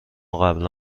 قبلا